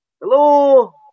hello